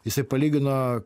jisai palygino